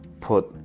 put